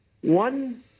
one